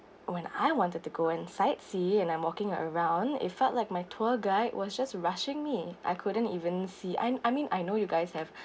when I wanted to go and sightseeing and I walking around it felt like my tour guide was just rushing me I couldn't even see I I mean I know you guys have